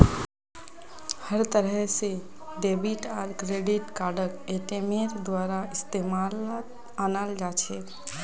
हर तरह से डेबिट आर क्रेडिट कार्डक एटीएमेर द्वारा इस्तेमालत अनाल जा छे